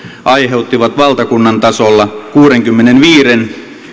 aiheuttivat valtakunnan tasolla kuudenkymmenenviiden